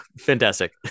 fantastic